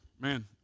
man